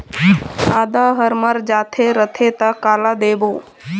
आदा हर मर जाथे रथे त काला देबो?